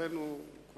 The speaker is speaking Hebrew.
לכן הוא כבר